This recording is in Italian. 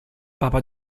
papa